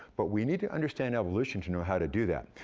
but we need to understand evolution to know how to do that.